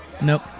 Nope